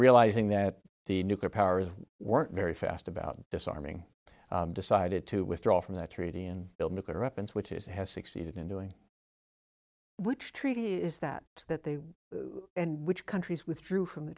realizing that the nuclear powers work very fast about disarming decided to withdraw from that treaty and build nuclear weapons which it has succeeded in doing which treaty is that it's that they and which countries withdrew from the